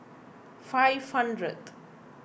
five hundred